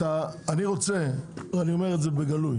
אבל אני רוצה ואני אומר את זה בגלוי